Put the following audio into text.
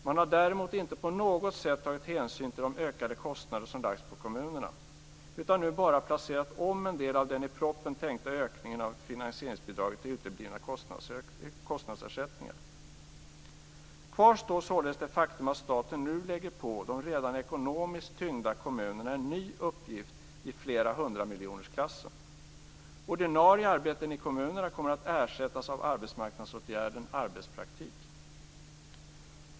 Man har däremot inte på något sätt tagit hänsyn till de ökade kostnader som lagts på kommunerna utan nu bara placerat om en del av den i propositionen tänkta ökningen av finansieringsbidraget till uteblivna kostnadsersättningar. Kvar står således det faktum att staten nu lägger på de redan ekonomiskt tyngda kommunerna en ny utgift i storleksordningen flera hundra miljoner. Ordinarie arbeten i kommunerna kommer att ersättas av den arbetsmarknadsåtgärd som kallas arbetspraktik.